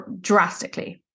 drastically